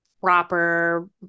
proper